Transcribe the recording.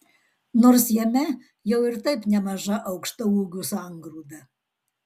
nors jame jau ir taip nemaža aukštaūgių sangrūda